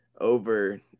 over